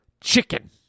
chicken